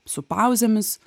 su pauzėmis